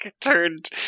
turned